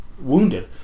wounded